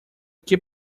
keep